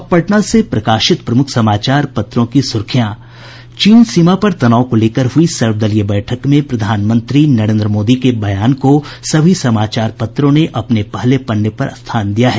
अब पटना से प्रकाशित प्रमुख समाचार पत्रों की सुर्खियां चीन सीमा पर तनाव को लेकर हयी सर्वदलीय बैठक में प्रधानमंत्री नरेंद्र मोदी के बयान को सभी समाचार पत्रों ने अपने पहले पन्ने पर स्थान दिया है